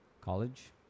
College